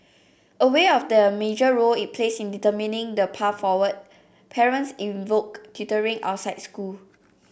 aware of the major role it plays in determining the path forward parents invoke tutoring outside school